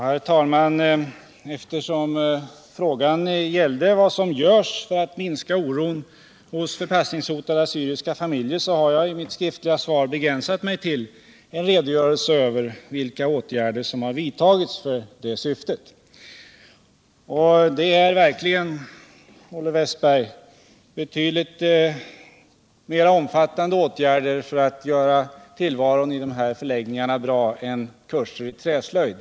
Herr talman! Eftersom frågan gällde vad som görs för att minska oron hos förpassningshotade assyriska familjer, har jag i det skriftliga svaret begränsat mig till en redogörelse för vilka åtgärder som har vidtagits i det syftet. Det är verkligen, Olle Wästberg, fråga om betydligt mer omfattande åtgärder för att göra tillvaron i dessa förläggningar dräglig än bara kurser i träslöjd.